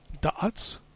Dots